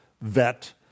vet